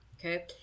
Okay